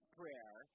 prayer